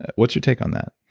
what's your take on that?